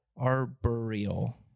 arboreal